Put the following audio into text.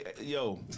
yo